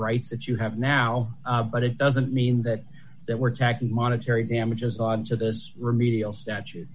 rights that you have now but it doesn't mean that that we're tacking monetary damages on to this remedial statu